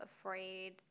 afraid